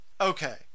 okay